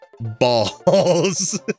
balls